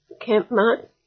Campmart